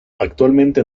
actualmente